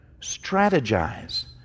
strategize